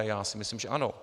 Já si myslím, že ano.